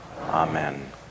Amen